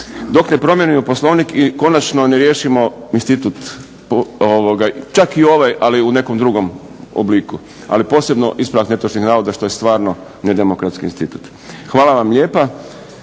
Dok ne promijenimo Poslovnik i konačno ne riješimo institut, čak i ovaj ali u nekom drugom obliku ali posebno ispravak netočnih navoda što je nedemokratski institut. Hvala vam lijepa.